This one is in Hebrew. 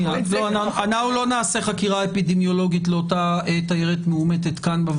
אנחנו לא נעשה חקירה אפידמיולוגית כאן בוועדה לאותה תיירת מאומתת.